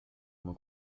uma